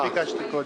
אני ביקשתי קודם.